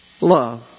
love